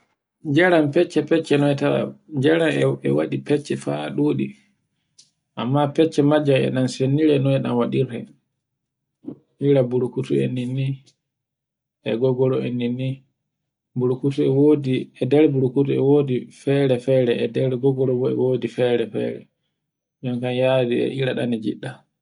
jaran fecce-fecce noy tawan, jaran e waɗi fecce fa ɗuɗi. Amma fecce majjan e ɗan sinnira noye ɗan waɗirte. Ira burkutu en ninni, e goggoro en ninni, burkutu e wodi, e nder burkutu e wodi fere-fere e nder gogorgo e wodi fere-fere. Ɗun kan yadi e ira na ko ngiɗɗa.